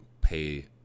pay